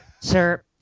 sir